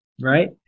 Right